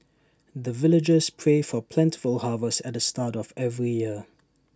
the villagers pray for plentiful harvest at the start of every year